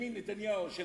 בנימין נתניהו של